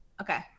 Okay